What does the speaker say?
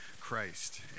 Christ